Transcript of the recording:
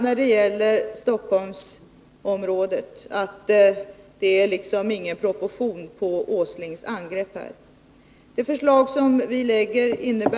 När det gäller Stockholmsområdet är det inger proportion på Nils Åslings angrepp. Det förslag som vi framlägger innebär .